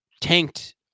tanked